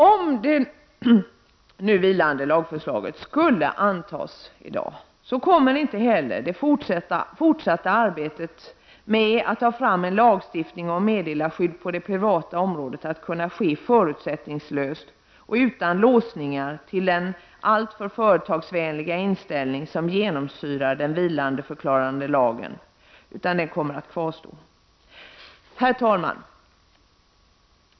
Om det nu vilande lagförslaget skulle antas i dag kommer inte heller det fortsatta arbetet med att ta fram en lagstiftning om meddelarskydd på de privata området att kunna ske förusättningslöst och utan låsningar till den alltför företagsvänliga inställningen som genomsyrar den vilandeförklarade lagen. Dessa låsningar kommer att kvarstå. Herr talman!